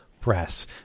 press